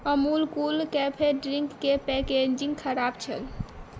Amul Kool cafe ड्रिंकके packaging खराब छल